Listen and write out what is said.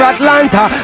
Atlanta